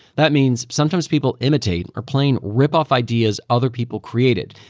that means, sometimes people imitate or plain rip off ideas other people created.